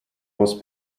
was